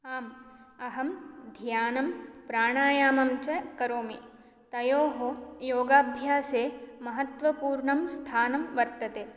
आम् अहं ध्यानं प्राणायामम् च करोमि तयोः योगाभ्यासे महत्त्वपूर्णं स्थानं वर्तते